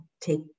take